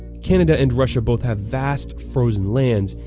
canada and russia both have vast, frozen lands,